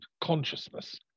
consciousness